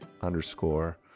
underscore